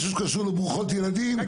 משהו שקשור לברוכות ילדים,